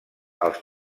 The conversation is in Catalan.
els